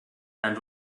and